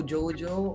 Jojo